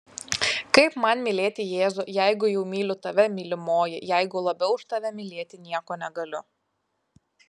kaip man mylėti jėzų jeigu jau myliu tave mylimoji jeigu labiau už tave mylėti nieko negaliu